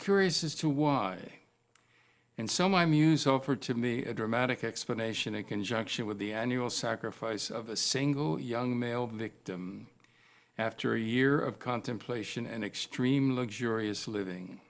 curious as to why and so my muse offered to me a dramatic explanation in conjunction with the annual sacrifice of a single young male victim after a year of contemplation and extremely curious living